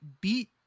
beat